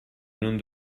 non